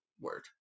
word